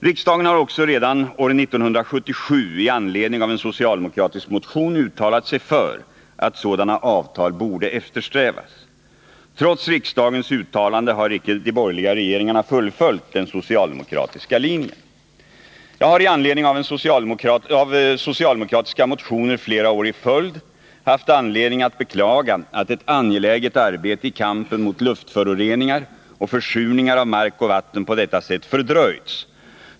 Riksdagen har också redan år 1977 i anledning av en socialdemokratisk motion uttalat sig för att sådana avtal borde eftersträvas. Trots riksdagens uttalande har icke de borgerliga regeringarna fullföljt den socialdemokratiska linjen. Jag har i anledning av socialdemokratiska motioner flera år i följd haft anledning att beklaga att ett angeläget arbete i kampen mot luftföroreningar och försurning av mark och vatten på detta sätt fördröjts.